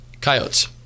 Coyotes